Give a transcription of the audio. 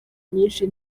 nyinshi